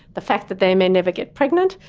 the fact that they may never get pregnant.